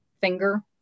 finger